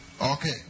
Okay